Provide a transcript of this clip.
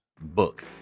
book